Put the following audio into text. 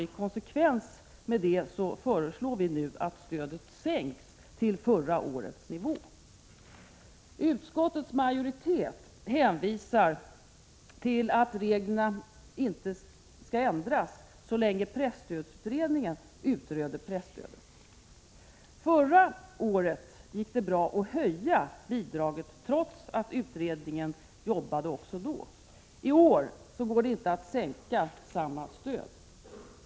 I konsekvens härmed föreslår vi nu att stödet sänks till förra årets nivå. Utskottsmajoriteten hänvisar till att reglerna inte skall ändras så länge presstödsutredningen arbetar med frågan. Förra året gick det bra att höja bidraget trots att utredningen även då arbetade. I år går det inte att sänka stödet.